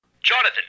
Jonathan